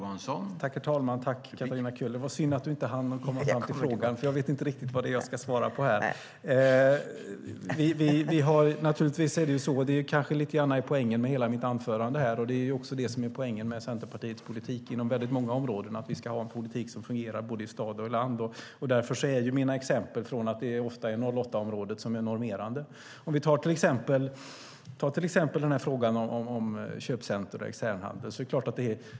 Herr talman! Tack, Katarina Köhler! Det var synd att du inte hann komma fram till frågan. Jag vet inte riktigt vad det är jag ska svara på här. Naturligtvis är det så. Hela poängen med mitt anförande och poängen med Centerpartiets politik inom väldigt många områden är att vi ska ha en politik som fungerar i både stad och land. Därför visar mina exempel att det ofta är 08-området som är normerande. Vi kan till exempel ta frågan om köpcenter och externhandel.